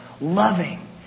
loving